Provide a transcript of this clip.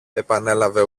επανέλαβε